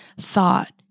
thought